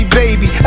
baby